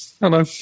hello